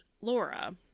Laura